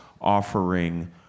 offering